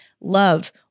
love